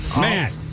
Matt